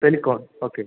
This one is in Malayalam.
Helicon okay